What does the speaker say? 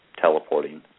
teleporting